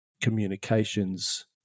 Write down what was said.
communications